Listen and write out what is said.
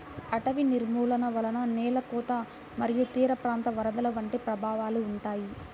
అటవీ నిర్మూలన వలన నేల కోత మరియు తీరప్రాంత వరదలు వంటి ప్రభావాలు ఉంటాయి